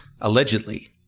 Allegedly